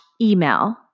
email